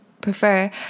prefer